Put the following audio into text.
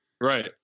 Right